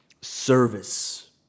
service